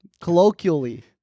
Colloquially